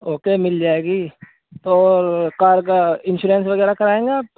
okay مل جائے گی تو کار کا انشورنس وغیرہ کرائیں گے آپ